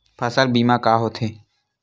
फसल बीमा का होथे?